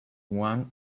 one